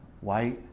white